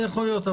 זה יכול להיות.